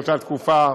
באותה תקופה,